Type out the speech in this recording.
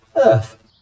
Earth